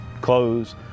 clothes